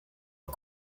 are